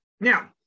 Now